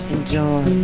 Enjoy